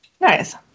Nice